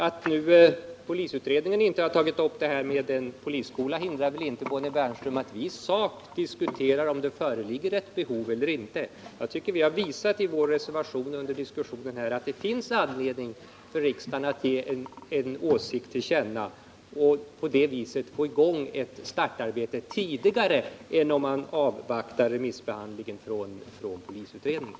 Att polisutredningen inte tagit upp frågan om en ytterligare polisskola hindrar väl inte, Bonnie Bernström, att vi i sak diskuterar om det föreligger ett behov eller inte av en sådan. Jag tycker att vi i vår reservation och under diskussionen i kammaren har visat, att det finns anledning för riksdagen att ge en åsikt till känna för att på det sättet få i gång ett startarbete tidigare än om man först skall avvakta remissbehandlingen av polisutredningen.